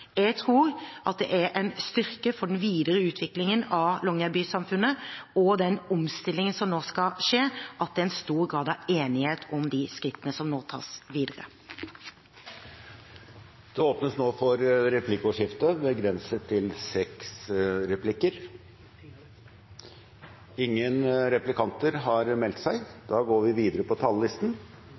Jeg tror det er en styrke for den videre utviklingen av Longyearbyen-samfunnet og den omstillingen som nå skal skje, at det er stor grad av enighet om de skrittene som nå tas videre. Flere har ikke bedt om ordet til sak nr. 4. EFTAs handelspolitiske strategi har i hovedsak gått ut på